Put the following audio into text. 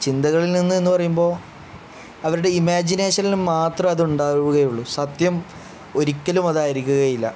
ചിന്തകളിൽ നിന്ന് എന്ന് പറയുമ്പോൾ അവരുടെ ഇമാജിനേഷനിൽ മാത്രം അതു ഉണ്ടാവുകയുള്ളു സത്യം ഒരിക്കലും അതായിരിക്കുകയില്ല